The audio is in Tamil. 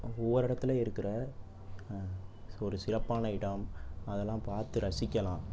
ஒவ்வொரு இடத்துலையும் இருக்கிற ஒரு சிறப்பான இடம் அதெல்லாம் பார்த்து ரசிக்கலாம்